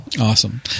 Awesome